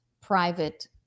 private